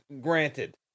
granted